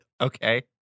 Okay